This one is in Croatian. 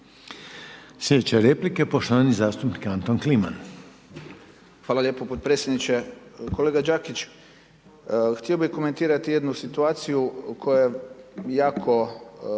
Sljedeća replika je poštovani zastupnik Anton Kliman. **Kliman, Anton (HDZ)** Hvala lijepo potpredsjedniče. Kolega Đakić, htio bih komentirati jednu situaciju koja jako